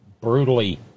brutally